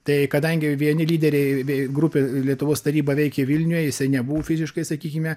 tai kadangi vieni lyderiai bei grupė lietuvos taryba veikė vilniuje jisai nebuvo fiziškai sakykime